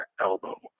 elbow